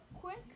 quick